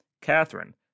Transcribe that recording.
Catherine